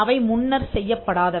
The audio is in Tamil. அவை முன்னர் செய்யப்படாதவை